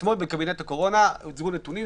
אתמול בקבינט הקורונה הוצגו נתונים,